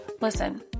Listen